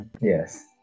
Yes